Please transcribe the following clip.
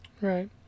right